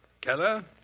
Keller